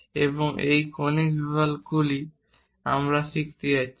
এবং এই কনিক বিভাগগুলি আমরা শিখতে যাচ্ছি